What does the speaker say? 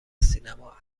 سینما